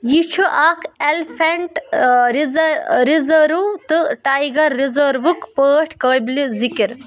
یہِ چھُ اکھ ایلفینٛٹ رِزٕ ریزٲرو تہٕ ٹائیگر ریزروٕکۍ پٲٹھۍ قٲبلہِ ذِکِر